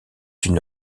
une